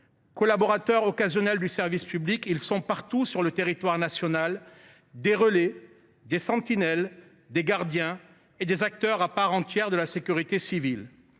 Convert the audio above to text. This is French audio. Collaborateurs occasionnels du service public, ils sont des relais, des sentinelles, des gardiens et des acteurs à part entière de la sécurité civile